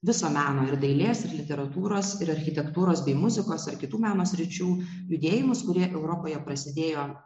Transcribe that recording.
viso meno ir dailės ir literatūros ir architektūros bei muzikos ar kitų meno sričių judėjimus kurie europoje prasidėjo